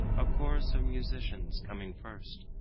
a chorus of musicians coming first,